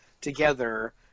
together